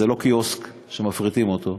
זה לא קיוסק שמפריטים אותו.